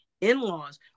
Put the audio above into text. in-laws